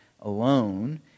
alone